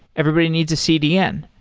everybody needs a cdn.